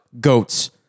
Goats